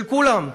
של כולם.